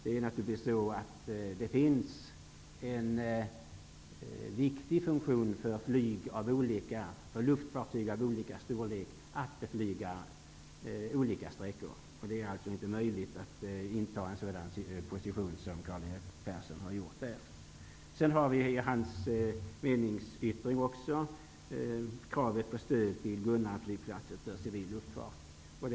Det finns naturligtvis en viktig funktion för luftfartyg av olika storlek att beflyga olika sträckor. Det är alltså inte möjligt att inta en sådan ställning som Karl-Erik Persson har gjort. I sin meningsyttring ställer han kravet på stöd till Gunnarnflygplatsen för civil flygfart.